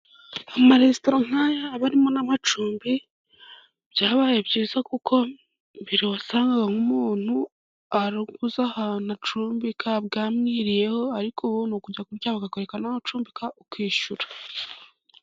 Amaresitora nk'aya aba arimo n'amacumbi. Byabaye byiza kuko mbere wasangaga nk'umuntu abuze ahantu acumbika bwamwiriyeho, ariko ubu ni ukujya kurya bakakwereka n' aho ucumbika ukishyura.